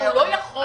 הוא לא יכול.